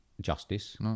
justice